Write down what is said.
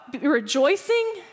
rejoicing